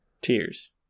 Tears